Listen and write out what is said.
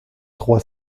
trois